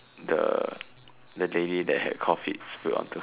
the the lady that had Coffee spilled onto